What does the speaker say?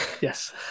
Yes